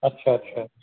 अच्छा अच्छा